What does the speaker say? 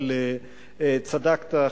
אבל צדקת,